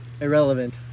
irrelevant